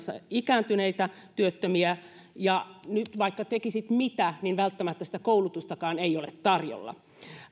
ikääntyneitä työttömiä ja vaikka tekisit mitä niin välttämättä sitä koulutustakaan ei ole tarjolla